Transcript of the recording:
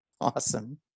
Awesome